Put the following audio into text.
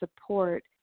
support